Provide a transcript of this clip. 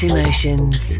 Emotions